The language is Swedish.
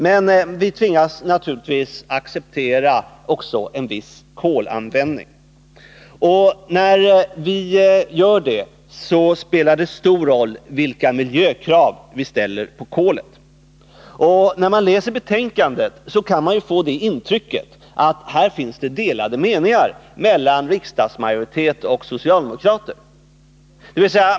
Men vi tvingas naturligtvis också acceptera en viss kolanvändning. När vi gör det, så spelar det stor roll vilka miljökrav vi ställer på kolet. Vid en ytlig genomläsning av betänkandet kan man få intrycket att det på den här punkten finns delade meningar mellan riksdagsmajoritet och socialdemokrater.